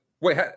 wait